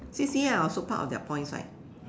C_C_A are also part of their points right